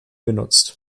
benutzt